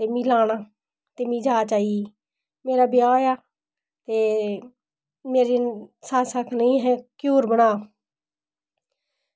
ते में लाना ते मिगी जाच आई मेरा ब्याह् हा ते मेरी सस्स आक्खन लग्गी घ्यूर बनाऽ